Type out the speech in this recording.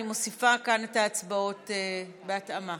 אני מוסיפה את ההצבעות בהתאמה: